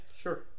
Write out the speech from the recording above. sure